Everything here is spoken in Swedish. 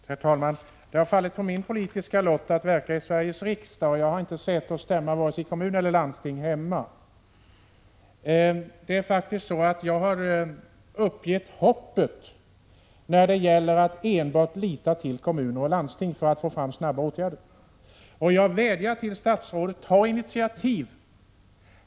Herr talman! Det har fallit på min politiska lott att verka i Sveriges riksdag. Jag har inte säte och stämma i vare sig kommun eller landsting hemma. Jag har uppgett hoppet när det gäller att enbart lita till kommuner och landsting för att få fram snabba åtgärder. Jag vädjar till statsrådet: Ta initiativ!